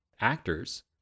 actors